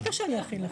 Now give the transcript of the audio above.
בטח שאני אכין לך.